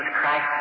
Christ